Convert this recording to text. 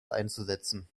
einzusetzen